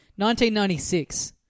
1996